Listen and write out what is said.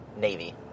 Navy